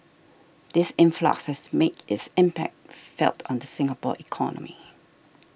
this influx has made its impact felt on the Singapore economy